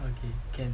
okay can